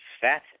fat